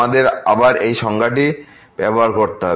আমাদের আবার এই সংজ্ঞাটি ব্যবহার করতে হবে